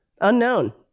unknown